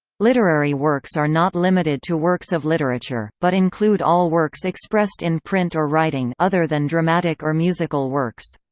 literary works are not limited to works of literature, but include all works expressed in print or writing other than dramatic or musical works.